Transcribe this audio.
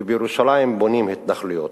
ובירושלים בונים התנחלויות.